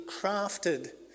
crafted